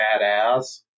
badass